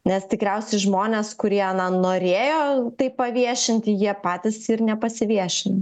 nes tikriausiai žmonės kurie norėjo tai paviešinti jie patys ir nepasiviešina